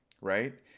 right